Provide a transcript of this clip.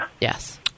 Yes